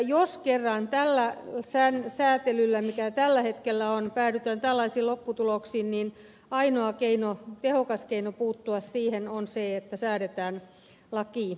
jos kerran tällä säätelyllä mikä tällä hetkellä on päädytään tällaisiin lopputuloksiin niin ainoa tehokas keino puuttua siihen on se että säädetään laki